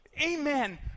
amen